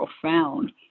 profound